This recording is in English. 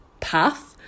path